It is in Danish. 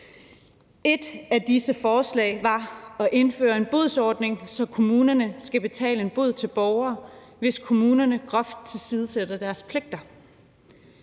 Et af disse forslag var at indføre en bonusordning, så kommunerne skal betale en bod til borgere, hvis kommunerne groft tilsidesætter deres pligter.